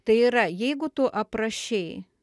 tai yra jeigu tu aprašei